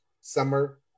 summer